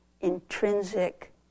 intrinsic